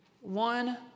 one